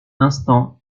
instants